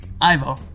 Ivo